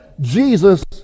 jesus